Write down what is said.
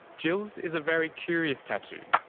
jill's is a very curious tattoo,